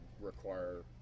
require